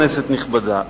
כנסת נכבדה,